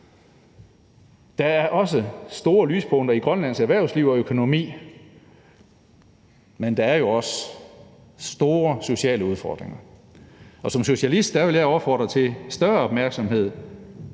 Der er også store lyspunkter i Grønlands erhvervsliv og økonomi, men der er jo også store sociale udfordringer. Som socialist vil jeg opfordre til større opmærksomhed